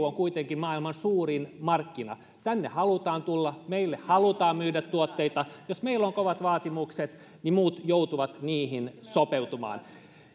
on kuitenkin maailman suurin markkina tänne halutaan tulla meille halutaan myydä tuotteita jos meillä on kovat vaatimukset niin muut joutuvat niihin sopeutumaan